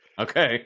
Okay